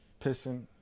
pissing